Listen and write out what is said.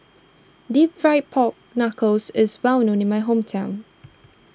Deep Fried Pork Knuckles is well known in my hometown